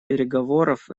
переговоров